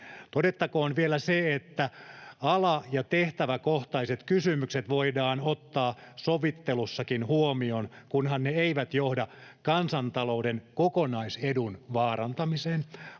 Todettakoon vielä se, että ala- ja tehtäväkohtaiset kysymykset voidaan ottaa sovittelussakin huomioon, kunhan ne eivät johda kansantalouden kokonaisedun vaarantamiseen.